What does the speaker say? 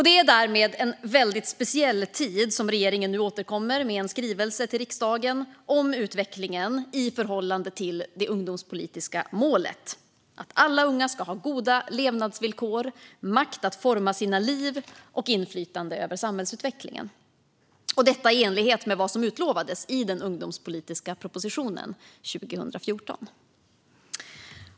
Det är därmed i en väldigt speciell tid som regeringen nu återkommer med en skrivelse till riksdagen om utvecklingen i förhållande till det ungdomspolitiska målet: att alla unga ska ha goda levnadsvillkor, makt att forma sina liv och inflytande över samhällsutvecklingen, detta i enlighet med vad som utlovades i den ungdomspolitiska propositionen 2014.